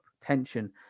tension